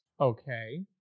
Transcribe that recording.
Okay